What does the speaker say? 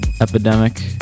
epidemic